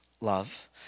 love